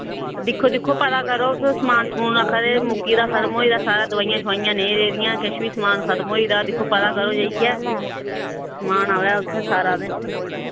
दिक्खो दिक्खो पता करो तुस समान समून आक्खा दे मुक्की दा खत्म होई दा सारा दोआइयां शोआइयां नेईं रेह् दियां किश वी समान खत्म होई दा दिक्खो पता करो जाइयै समान आवै उत्थै सारा तै